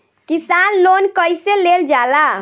किसान लोन कईसे लेल जाला?